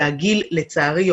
ולצערי,